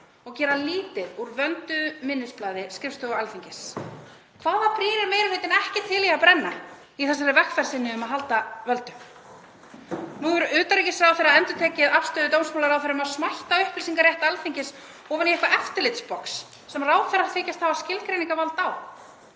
og gera lítið úr vönduðu minnisblaði skrifstofu Alþingis. Hvaða brýr er meiri hlutinn ekki til í að brenna í þessari vegferð sinni til að halda völdum? Nú hefur utanríkisráðherra endurtekið afstöðu dómsmálaráðherra um að smætta upplýsingarétt Alþingis ofan í eitthvert eftirlitsbox sem ráðherrar þykjast hafa skilgreiningarvald á,